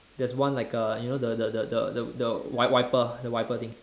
there's one like a you know the the the the the the wipe~ wiper the wiper thing